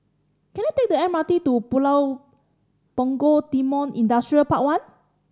can I take the M R T to Pulau Punggol Timor Industrial Park One